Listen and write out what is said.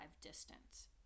distance